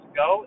go